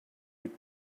with